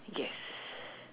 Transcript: yes